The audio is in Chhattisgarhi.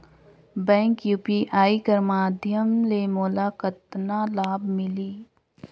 बैंक यू.पी.आई कर माध्यम ले मोला कतना लाभ मिली?